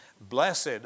blessed